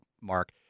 mark –